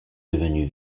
devenu